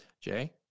Jay